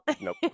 Nope